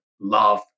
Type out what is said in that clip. Love